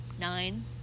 nine